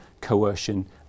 coercion